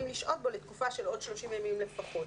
לשהות בו לתקופה של עוד 30 ימים לפחות',